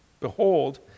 behold